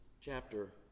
chapter